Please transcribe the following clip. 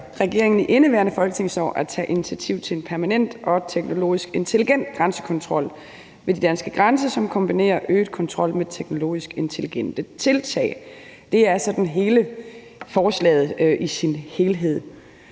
regeringen i indeværende folketingsår at tage initiativ til en permanent og teknologisk intelligent grænsekontrol ved de danske grænser, som kombinerer øget kontrol med teknologisk intelligente tiltag. Det er forslaget i sin helhed.